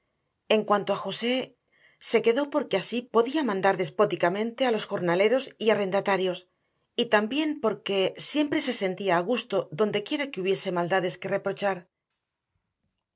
en cuanto a josé se quedó porque así podía mandar despóticamente a los jornaleros y arrendatarios y también porque siempre se sentía a gusto dondequiera que hubiese maldades que reprochar